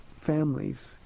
families